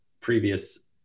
previous